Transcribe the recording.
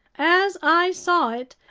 as i saw it,